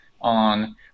on